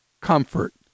comfort